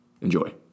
Enjoy